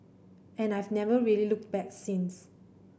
and I've never really looked back since